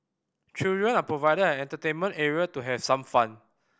children are provided an entertainment area to have some fun